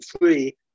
free